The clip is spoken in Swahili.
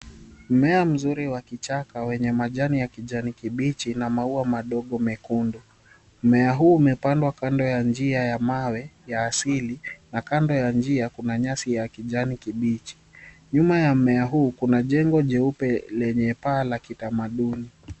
Mmea mzuri wa kichaka wenye majani ya kijani kibichi na maua madogo mekundu. Mmea huu umepandwa kando ya njia ya mawe ya asili, na kando ya njia kuna nyasi ya kijani kibichi. Nyuma ya mmea huu kuna jengo jeupe lenye paa la kitamaduni.